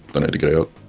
they need to get out.